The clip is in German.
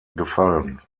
gefallen